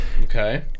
Okay